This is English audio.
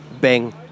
Bang